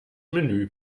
menü